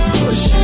push